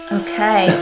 okay